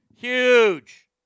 Huge